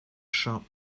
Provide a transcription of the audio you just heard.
shop